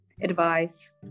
advice